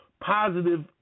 positive